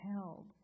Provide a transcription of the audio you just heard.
held